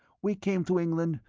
we came to england,